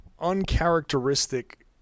uncharacteristic